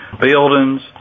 buildings